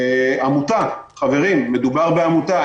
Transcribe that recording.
עמותה חברים, מדובר בעמותה.